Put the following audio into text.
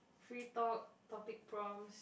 free talk topic forums